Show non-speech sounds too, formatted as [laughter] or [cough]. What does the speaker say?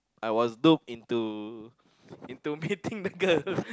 I was duped into into [laughs] meeting the girl